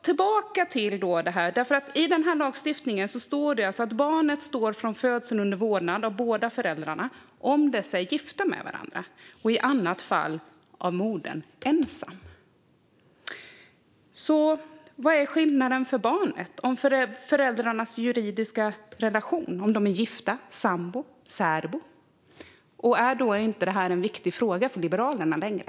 I den här lagstiftningen står det alltså att barnet från födseln står under vårdnad av båda föräldrarna, om dessa är gifta med varandra, och i annat fall av modern ensam. Vad är då skillnaden för barnet om föräldrarnas juridiska relation är att de är gifta, sambor eller särbor? Och är inte detta en viktig fråga för Liberalerna längre?